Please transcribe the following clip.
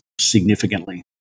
significantly